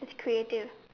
creative